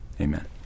Amen